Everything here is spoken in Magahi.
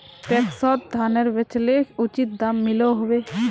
पैक्सोत धानेर बेचले उचित दाम मिलोहो होबे?